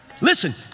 Listen